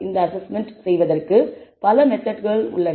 இந்த அஸ்ஸஸ்மென்ட் செய்வதற்கு பல மெத்தெட்கள் உள்ளன